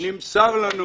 הערה שניה: נמסר לנו